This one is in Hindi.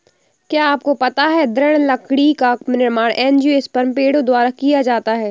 क्या आपको पता है दृढ़ लकड़ी का निर्माण एंजियोस्पर्म पेड़ों द्वारा किया जाता है?